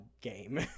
game